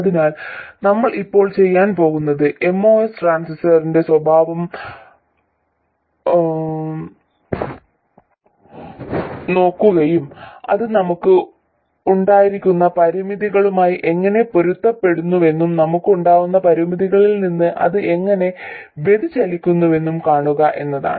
അതിനാൽ നമ്മൾ ഇപ്പോൾ ചെയ്യാൻ പോകുന്നത് MOS ട്രാൻസിസ്റ്ററിന്റെ സ്വഭാവം നോക്കുകയും അത് നമുക്ക് ഉണ്ടായിരുന്ന പരിമിതികളുമായി എങ്ങനെ പൊരുത്തപ്പെടുന്നുവെന്നും നമുക്കുണ്ടായിരുന്ന പരിമിതികളിൽ നിന്ന് അത് എങ്ങനെ വ്യതിചലിക്കുന്നുവെന്നും കാണുക എന്നതാണ്